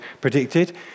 predicted